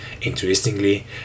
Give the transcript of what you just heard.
Interestingly